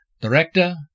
Director